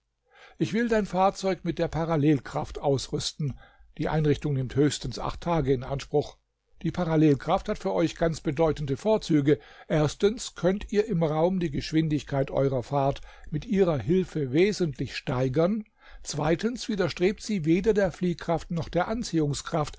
ich will dein fahrzeug mit der parallelkraft ausrüsten die einrichtung nimmt höchstens acht tage in anspruch die parallelkraft hat für euch ganz bedeutende vorzüge erstens könnt ihr im raum die geschwindigkeit eurer fahrt mit ihrer hilfe wesentlich steigern zweitens widerstrebt sie weder der fliehkraft noch der anziehungskraft